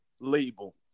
label